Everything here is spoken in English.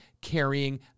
carrying